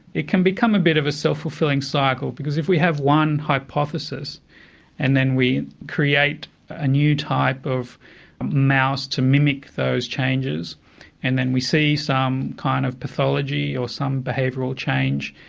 it can become a bit of a self-fulfilling cycle because if we have one hypothesis and then we create a new type of mouse to mimic those changes and then we see some kind of pathology or some behavioural change,